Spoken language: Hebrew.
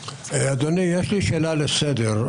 אדוני, יש לי שאלה לסדר.